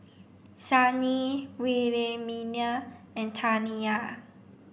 Shani Wilhelmina and Taniyah